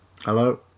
Hello